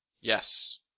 Yes